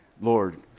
Lord